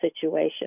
situation